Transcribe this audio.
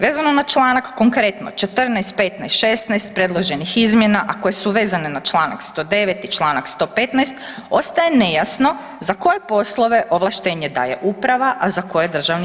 Vezano na članak, konkretno, 14, 15, 16 predloženih izmjena, a koje su vezane na čl. 109 i čl. 115, ostaje nejasno za koje poslove ovlaštenje daje uprava, a za koje DIRH.